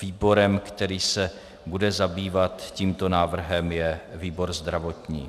Výborem, který se bude zabývat tímto návrhem, je výbor zdravotní.